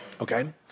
Okay